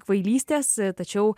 kvailystės tačiau